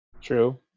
True